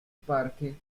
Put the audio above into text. parque